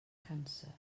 cancer